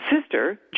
sister